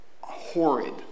horrid